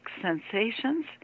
sensations